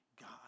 God